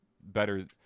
better